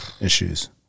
issues